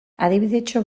adibidetxo